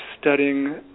studying